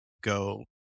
go